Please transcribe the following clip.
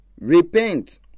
repent